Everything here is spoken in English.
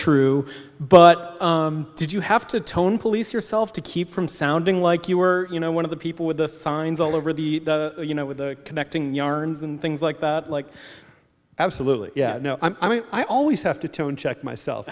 true but did you have to tone police yourself to keep from sounding like you were you know one of the people with the signs all over the you know with connecting yarns and things like that like absolutely yeah no i mean i always have to tone check myself